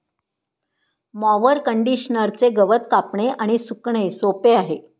mower कंडिशनरचे गवत कापणे आणि सुकणे सोपे आहे